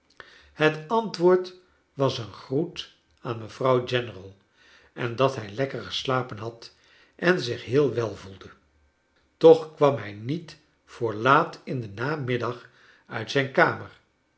het antwoord was een groet aan mevrouw general en dat hij lekker geslapen had en zich heel wel voelde toch kwam hij niet voor laat in den namiddag uit zijn kamer